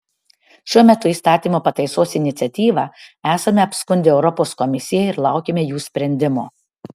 šiuo metu įstatymo pataisos iniciatyvą esame apskundę europos komisijai ir laukiame jų sprendimo